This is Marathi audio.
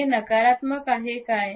तो नकारात्मक आहे काय